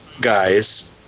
guys